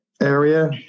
area